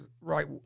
right